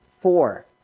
Four